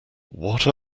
what